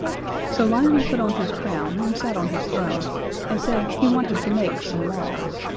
so lionel put on his crown and sat on his throne and said he wanted to make some laws.